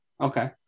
Okay